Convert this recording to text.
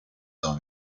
dans